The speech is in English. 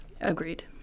Agreed